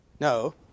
No